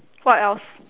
what else